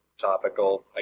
topical